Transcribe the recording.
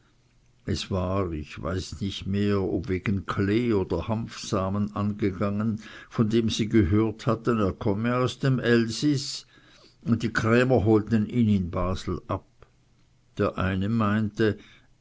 es war ich weiß nicht mehr ob wegen klee oder hanfsamen angegangen von dem sie gehört hatten er komme aus dem elsis und die krämer holten ihn in basel ab der eine meinte